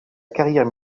carrière